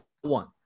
one